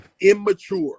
Immature